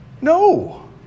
No